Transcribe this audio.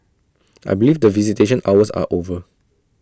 I believe that visitation hours are over